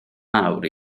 mawr